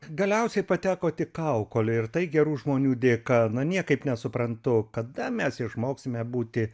galiausiai pateko tik kaukolė ir tai gerų žmonių dėka na niekaip nesuprantu kada mes išmoksime būti